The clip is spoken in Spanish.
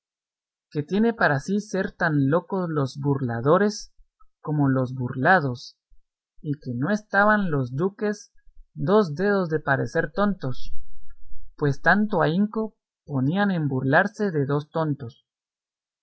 que tiene para sí ser tan locos los burladores como los burlados y que no estaban los duques dos dedos de parecer tontos pues tanto ahínco ponían en burlarse de dos tontos